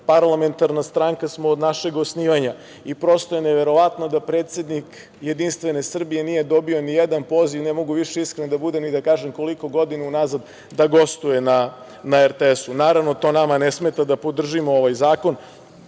parlamentarna stranka samo od našeg osnivanja i prosto je neverovatno da predsednik JS nije dobio ni jedan poziv, iskren da budem, ne mogu da kažem koliko godina unazad, da gostuje na RTS. Naravno, to nama ne smeta da podržimo ovaj zakon,